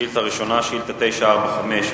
שאילתא ראשונה, שאילתא 945,